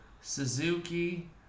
Suzuki